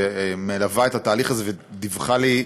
היא מלווה את התהליך הזה ודיווחה לי,